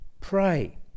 Pray